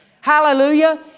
Hallelujah